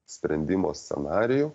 sprendimo scenarijų